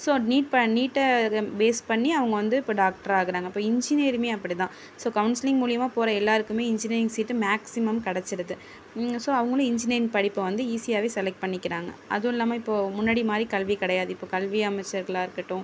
so NEET ப நீட்டை face பண்ணி அவங்க வந்து இப்போ டாக்ட்ராக ஆகுறாங்க இப்போ இன்ஜினியருமே அப்படி தான் ஸோ கவுன்சிலிங் மூலியமாக போகற எல்லாருக்குமே இன்ஜினியரிங் சீட்டு மேக்ஸிமம் கிடச்சிருது ஸோ அவங்களும் இன்ஜினியரிங் படிப்பை வந்து ஈஸியாகவே செலெக்ட் பண்ணிக்கிறாங்க அதுவும் இல்லாம இப்போ முன்னாடி மாரி கல்வி கிடையாது இப்போ கல்வி அமைச்சர்களாக இருக்கட்டும்